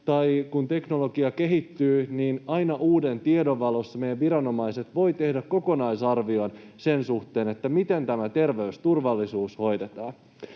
Kun teknologia kehittyy, niin aina uuden tiedon valossa meidän viranomaiset voivat tehdä kokonaisarvion sen suhteen, miten tämä ter-veysturvallisuus hoidetaan.